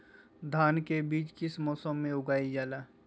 धान के बीज किस मौसम में उगाईल जाला?